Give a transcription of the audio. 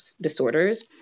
disorders